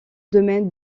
domaine